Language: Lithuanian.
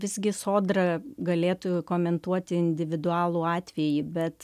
visgi sodra galėtų komentuoti individualų atvejį bet